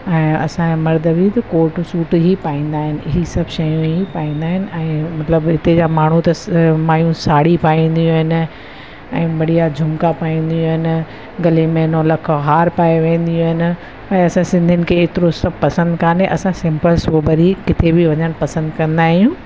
ऐं असांजा मर्द बि कोट सूट ही पाईंदा आहिनि ही सभु शयूं ई पाइंदा आहिनि मतलबु हिते जा माण्हू त स मायूं साड़ी पाईंदियूं आहिनि ऐं बढ़िया जुमका पाईंदियूं आहिनि गले में नौलखो हार पाए वेंदियूं आहिनि ऐं असां सिंधियुनि खे एतिरो सभु पसंदि काने असां सिंपल सोभर ई किथे बि वञणु पसंदि कंदा आहियूं